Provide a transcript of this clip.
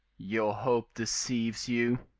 your hope deceives you.